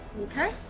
Okay